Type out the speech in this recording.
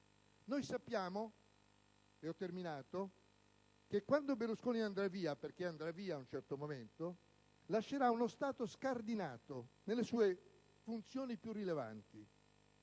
Noi sappiamo che quando Berlusconi andrà via - perché andrà via ad un certo momento - lascerà uno Stato scardinato nelle sue funzioni più rilevanti.